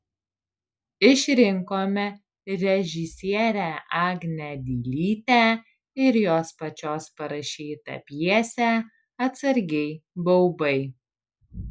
išrinkome režisierę agnę dilytę ir jos pačios parašytą pjesę atsargiai baubai